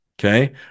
Okay